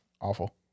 Awful